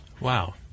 Wow